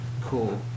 Cool